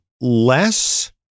less